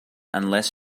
unless